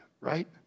right